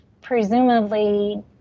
presumably